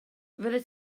fyddet